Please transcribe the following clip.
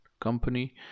company